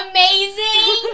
Amazing